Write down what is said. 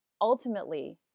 ultimately